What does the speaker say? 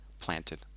planted